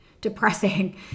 depressing